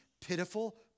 pitiful